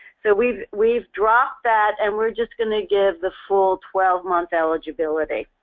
so we've we've dropped that and we're just going to give the full twelve month eligibility.